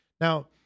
Now